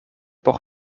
por